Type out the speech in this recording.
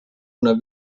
una